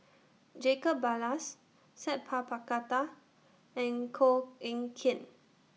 Jacob Ballas Sat Pal Khattar and Koh Eng Kian